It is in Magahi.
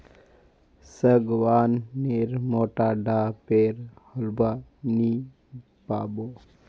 सागवान नेर मोटा डा पेर होलवा नी पाबो